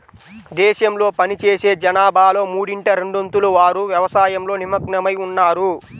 దేశంలో పనిచేసే జనాభాలో మూడింట రెండొంతుల వారు వ్యవసాయంలో నిమగ్నమై ఉన్నారు